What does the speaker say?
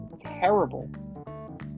terrible